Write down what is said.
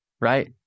Right